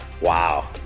Wow